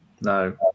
no